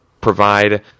provide